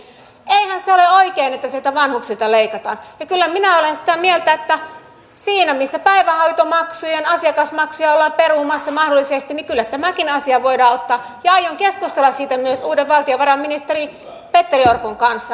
eihän se ole oikein että vanhuksilta leikataan ja kyllä minä olen sitä mieltä että siinä missä päivähoitomaksujen asiakasmaksuja mahdollisesti ollaan perumassa niin kyllä tämäkin asia voidaan ottaa ja aion keskustella siitä myös uuden valtiovarainministeri petteri orpon kanssa